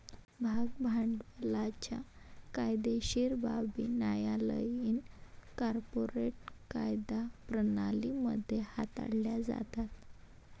भाग भांडवलाच्या कायदेशीर बाबी न्यायालयीन कॉर्पोरेट कायदा प्रणाली मध्ये हाताळल्या जातात